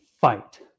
fight